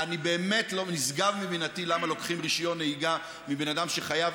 באמת נשגב מבינתי למה לוקחים רישיון נהיגה מבן אדם שחייב,